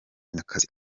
munyakazi